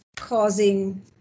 Causing